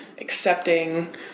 accepting